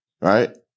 right